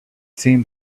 seemed